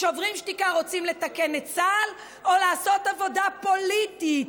שוברים שתיקה רוצים לתקן את צה"ל או לעשות עבודה פוליטית?